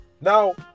Now